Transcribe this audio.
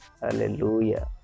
Hallelujah